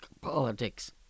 politics